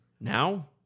Now